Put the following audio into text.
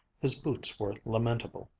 his boots were lamentable.